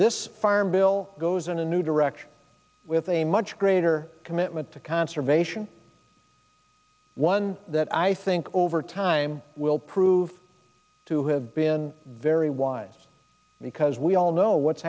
this farm bill goes in a new direction with a much greater commitment to conservation one that i think over time will prove to have been very wise because we all know what's